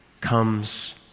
comes